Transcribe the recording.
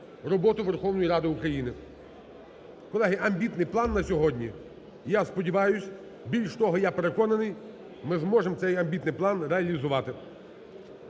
роботу Верховної Ради України. Колеги, амбітний план на сьогодні. Я сподіваюсь, більш того, я переконаний, ми зможемо цей амбітний план реалізувати.